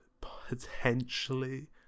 potentially